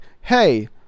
hey